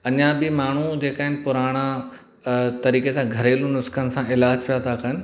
अञा बि माण्हूं जेका आहिनि पुराणा तरीक़े सां घरेलू नुस्ख़नि सां इलाज पिया त कनि